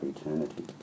eternity